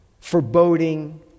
foreboding